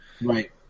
Right